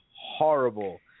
horrible